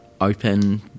open